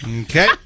Okay